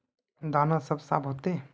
दाना सब साफ होते?